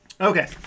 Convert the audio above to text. Okay